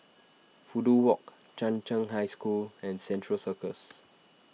Fudu Walk Chung Cheng High School and Central Circus